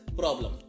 problem